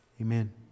Amen